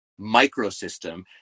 microsystem